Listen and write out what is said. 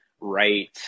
right